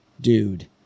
dude